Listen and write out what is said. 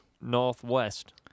northwest